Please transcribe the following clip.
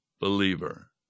believer